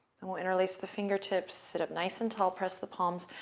and we'll interlace the fingertips. sit up nice and tall. press the palms.